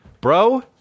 bro